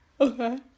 Okay